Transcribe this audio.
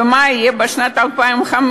ומה יהיה בשנת 2015?